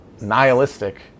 nihilistic